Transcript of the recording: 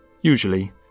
usually